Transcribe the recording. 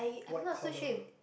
white collar